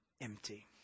Empty